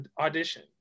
Audition